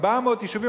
400 יישובים,